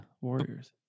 Warriors